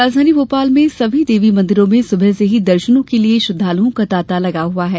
राजधानी भोपाल में सभी देवी मंदिरों में सुबह से ही दर्शनों के लिये श्रद्धालुओं का तांता लगा हुआ है